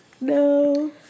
No